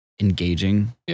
engaging